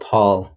Paul